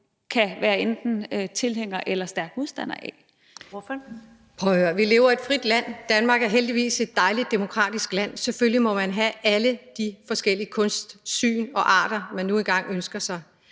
Ordføreren. Kl. 20:37 Birgitte Bergman (KF): Prøv at høre: Vi lever i et frit land. Danmark er heldigvis et dejligt demokratisk land, og selvfølgelig må man have alle de forskellige kunstsyn og -arter, man nu engang ønsker sig.